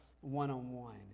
one-on-one